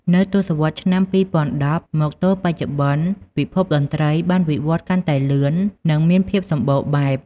នៅទសវត្សរ៍ឆ្នាំ ២០១០ មកទល់បច្ចុប្បន្ន ពិភពតន្ត្រីបានវិវត្តន៍កាន់តែលឿន និងមានភាពសម្បូរបែប។